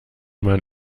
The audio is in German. man